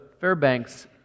Fairbanks